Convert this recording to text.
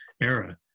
era